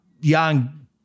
young